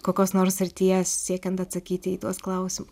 kokios nors srities siekiant atsakyti į tuos klausimus